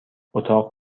اتاق